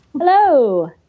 Hello